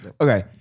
Okay